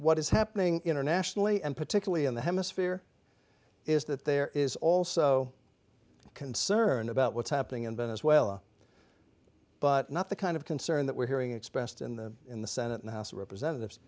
what is happening internationally and particularly in the hemisphere is that there is also concern about what's happening in venezuela but not the kind of concern that we're hearing expressed in the in the senate and house of representatives